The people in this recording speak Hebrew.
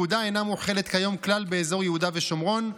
הפקודה אינה מוחלת כיום כלל באזור יהודה ושומרון,